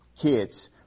kids